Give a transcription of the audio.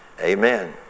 Amen